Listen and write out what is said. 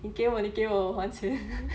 你给我你给我我还钱